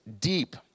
deep